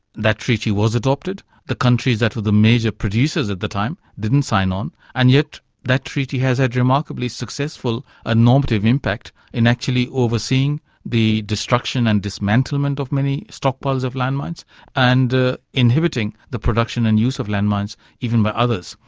that treaty was adopted, the countries that were the major producers at the time didn't sign on, and yet that treaty has had remarkably successful and ah normative impact in actually overseeing the destruction and dismantlement of many stockpiles of landmines and inhibiting the production and use of landmines, even by others.